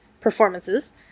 performances